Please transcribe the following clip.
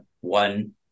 one